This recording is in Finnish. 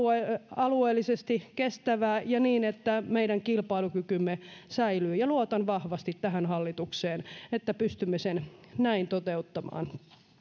alueellisesti kestävää ja niin että meidän kilpailukykymme säilyy luotan vahvasti tähän hallitukseen että pystymme sen näin toteuttamaan